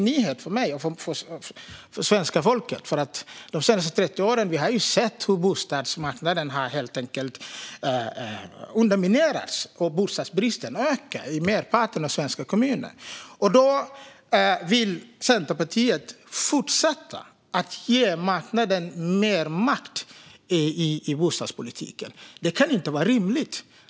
Vi har under de senaste 30 åren sett hur bostadsmarknaden helt enkelt har underminerats, och bostadsbristen har ökat i merparten av de svenska kommunerna. Då vill Centerpartiet fortsätta att ge marknaden mer makt i bostadspolitiken. Det kan inte vara rimligt.